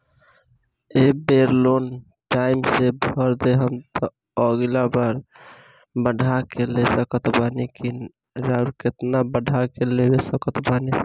ए बेर loan time से भर देहम त अगिला बार बढ़ा के ले सकत बानी की न आउर केतना बढ़ा के ले सकत बानी?